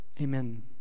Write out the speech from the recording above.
Amen